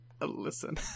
Listen